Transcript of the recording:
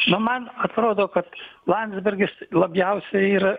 man atrodo kad landsbergis labiausiai yra